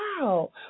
wow